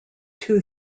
two